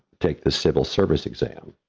take the civil service exam.